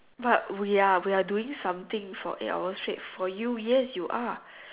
but we are we are doing something for eight hour straight for you yes you are